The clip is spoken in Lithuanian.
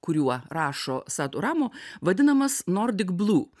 kuriuo rašo satu ramu vadinamas nordic blue